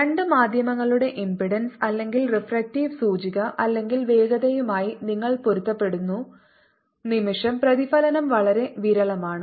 രണ്ട് മാധ്യമങ്ങളുടെ ഇംപെഡൻസ് അല്ലെങ്കിൽ റിഫ്രാക്റ്റീവ് സൂചിക അല്ലെങ്കിൽ വേഗതയുമായി നിങ്ങൾ പൊരുത്തപ്പെടുന്ന നിമിഷം പ്രതിഫലനം വളരെ വിരളമാണ്